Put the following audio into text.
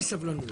מי נמנע?